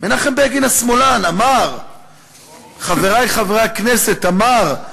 מנחם בגין השמאלן, חברי חברי הכנסת, אמר: